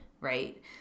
Right